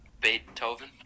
Beethoven